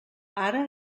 ara